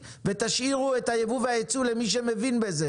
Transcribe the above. ותשאירו את הייבוא והייצוא למי שמבין בזה